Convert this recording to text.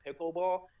Pickleball